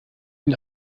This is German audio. ihn